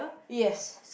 yes